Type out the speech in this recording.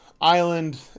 island